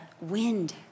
wind